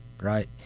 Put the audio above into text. Right